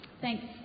Thanks